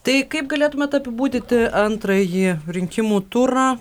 tai kaip galėtumėt apibūdinti antrąjį rinkimų turą